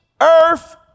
earth